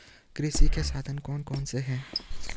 कृषि के साधन कौन कौन से हैं?